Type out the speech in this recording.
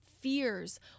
fears